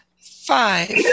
five